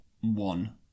one